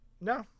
no